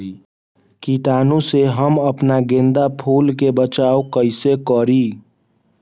कीटाणु से हम अपना गेंदा फूल के बचाओ कई से करी?